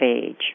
age